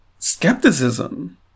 skepticism